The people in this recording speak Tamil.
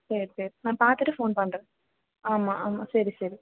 சரி சரி நான் பார்த்துட்டு ஃபோன் பண்ணுறேன் ஆமாம் ஆமாம் சரி சரி